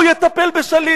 הוא יטפל בשליט.